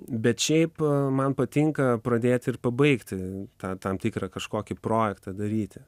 bet šiaip man patinka pradėti ir pabaigti tą tam tikrą kažkokį projektą daryti